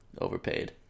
Overpaid